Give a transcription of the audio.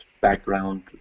background